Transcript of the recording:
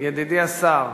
ידידי השר,